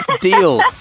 deal